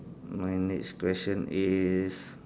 my next question is